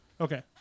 Okay